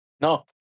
No